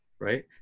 Right